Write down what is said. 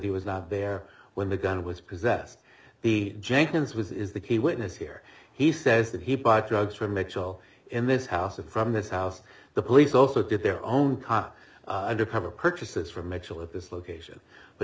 he was not there when the gun was possessed the jenkins was is the key witness here he says that he bought drugs from mitchell in this house and from this house the police also did their own car undercover purchases for mitchell at this location